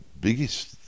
biggest